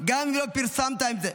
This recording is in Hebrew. גם אם לא פרסמת את זה,